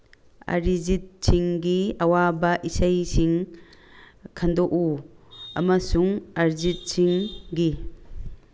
ꯑꯔꯤꯖꯤꯠ ꯁꯤꯡꯒꯤ ꯑꯋꯥꯕ ꯏꯁꯩꯁꯤꯡ ꯈꯟꯗꯣꯛꯎ ꯑꯃꯁꯨꯡ ꯑꯔꯖꯤꯠ ꯁꯤꯡꯒꯤ